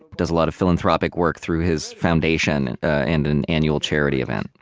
does a lot of philanthropic work through his foundation and an annual charity event.